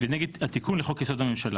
ונגד התיקון לחוק יסוד: הממשלה.